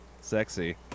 Sexy